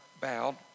bowed